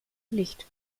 licht